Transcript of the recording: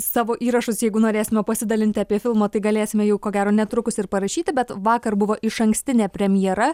savo įrašus jeigu norėsime pasidalinti apie filmą tai galėsime jau ko gero netrukus ir parašyti bet vakar buvo išankstinė premjera